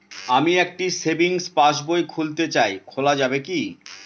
আমি একটি সেভিংস পাসবই খুলতে চাই খোলা যাবে কি?